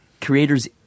creator's